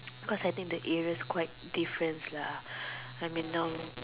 cause I think the areas quite difference lah I mean now